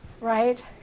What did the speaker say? Right